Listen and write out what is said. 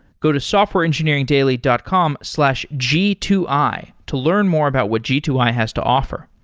go to softwareengineeringdaily dot com slash g two i to learn more about what g two i has to offer.